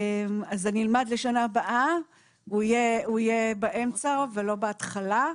אלמד לשנה הבאה, הוא יהיה באמצע ולא בהתחלה.